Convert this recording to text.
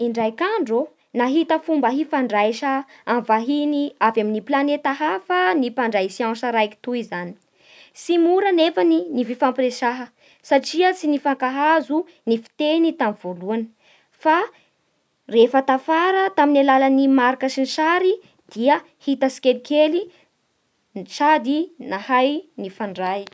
Indraiky andrô, nahita fomba ifandraisa amin'ny vahiny avy amnin'ny planeta hafa ny mpandray siansa raiky toy zany Tsy mora nefa ny fifampiresaha satria tsy nifankahazo ny fiteny tamin'ny voalohany Fa rehefa tafara tamin'ny alalan'ny marika sy ny sary dia hita tsikelikely no sady nahay nifandray